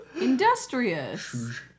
Industrious